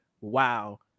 wow